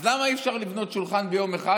אז למה אי-אפשר לבנות שולחן ביום אחד,